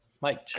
Mike